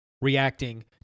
reacting